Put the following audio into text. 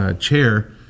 chair